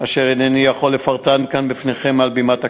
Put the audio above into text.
אשר אינני יכול לפרטן כאן בפניכם, מעל בימת הכנסת,